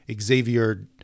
Xavier